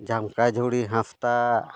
ᱡᱷᱟᱢᱠᱟ ᱡᱷᱩᱲᱤ ᱦᱟᱸᱥᱫᱟ